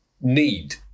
need